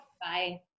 Bye